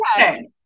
Okay